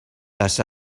las